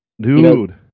dude